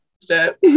step